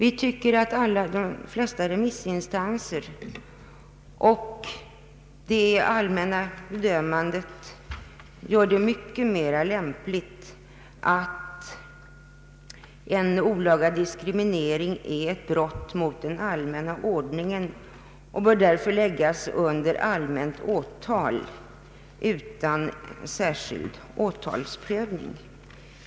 De flesta remissinstanser har ansett det vara mera lämpligt att olaga diskriminering betraktas som ett brott mot den allmänna ordningen och därför bör läggas under allmänt åtal utan särskild åtalsprövning.